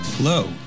Hello